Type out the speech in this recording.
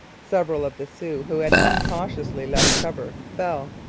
several of the sioux, who had incautiously left cover, fell.